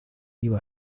iba